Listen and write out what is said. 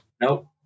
nope